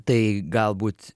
tai galbūt